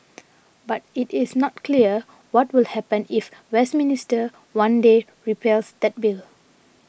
but it is not clear what will happen if Westminster one day repeals that bill